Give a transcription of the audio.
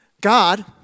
God